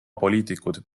poliitikud